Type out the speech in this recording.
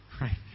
right